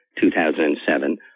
2007